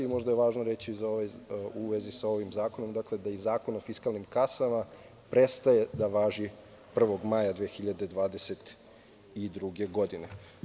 Možda je važno reći u vezi sa ovim zakonom da i Zakon o fiskalnim kasama prestaje da važi 1. maja 2022. godine.